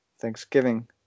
Thanksgiving